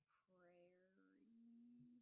prairie